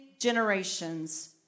generations